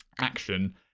action